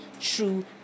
true